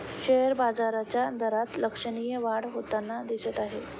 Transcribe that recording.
share बाजाराच्या दरात लक्षणीय वाढ होताना दिसत आहे